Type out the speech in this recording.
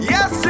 Yes